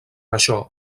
això